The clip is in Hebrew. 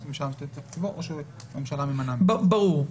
ברור.